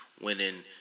winning